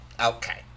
Okay